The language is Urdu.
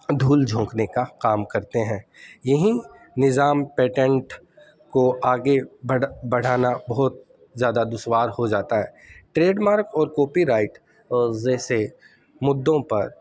دھول جھونکنے کا کام کرتے ہیں یہیں نظام پیٹینٹ کو آگے بڑھ بڑھانا بہت زیادہ دشوار ہو جاتا ہے ٹریڈ مارک اور کوپی رائٹ جیسے مدعوں پر